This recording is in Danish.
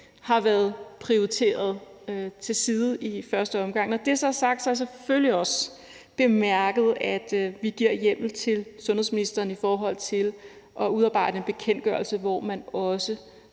har været lagt til side i første omgang. Når det så er sagt, har jeg selvfølgelig også bemærket, at vi giver hjemmel til sundhedsministeren til at udarbejde en bekendtgørelse, så man også